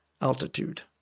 altitude